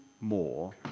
more